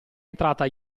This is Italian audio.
entrata